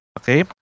okay